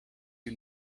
you